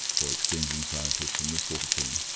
for exchanging scientists and this sort of thing.